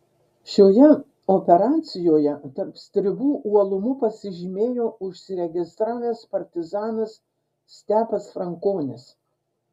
šioje operacijoje tarp stribų uolumu pasižymėjo užsiregistravęs partizanas stepas frankonis